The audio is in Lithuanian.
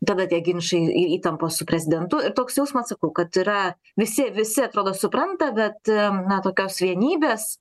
tada tie ginčai ir įtampos su prezidentu ir toks jausmas sakau kad yra visi visi atrodo supranta bet na tokios vienybės